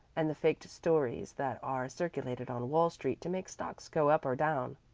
and the faked stories that are circulated on wall street to make stocks go up or down,